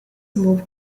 moved